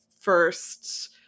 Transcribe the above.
first